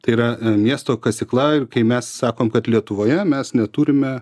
tai yra miesto kasykla ir kai mes sakom kad lietuvoje mes neturime